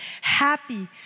Happy